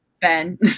Ben